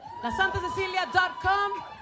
lasantacecilia.com